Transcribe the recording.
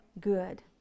good